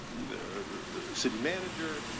the, the city manager,